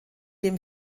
dem